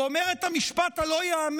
הוא אומר את המשפט הלא-ייאמן: